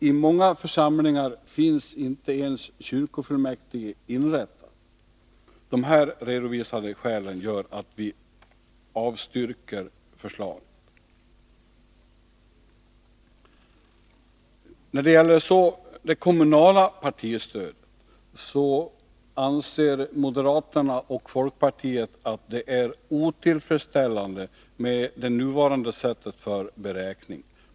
I många församlingar finns inte ens kyrkofullmäktige inrättat. De här redovisade skälen gör att vi avstyrker förslaget. När det gäller det kommunala partistödet anser moderaterna och folkpartiet att det är otillfredsställande med det nuvarande sättet för beräkning.